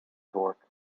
torque